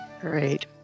Great